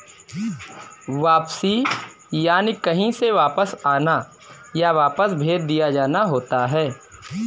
वापसी यानि कहीं से वापस आना, या वापस भेज दिया जाना होता है